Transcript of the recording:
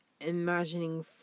imagining